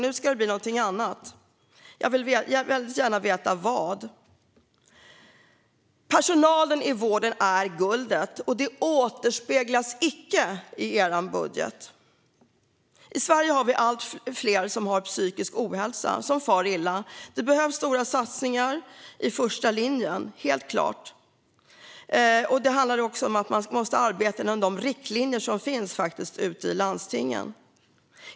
Nu ska det bli någonting annat. Jag vill gärna veta vad. Personalen i vården är guldet. Det återspeglas icke i er budget. I Sverige har vi allt fler med psykisk ohälsa som far illa. Det behövs stora satsningar i första linjen, helt klart. Det handlar också om att man måste arbeta inom de riktlinjer som faktiskt finns ute i landstingen.